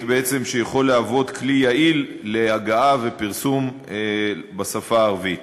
בעצם שיכול להוות כלי יעיל להגעה ופרסום בשפה הערבית.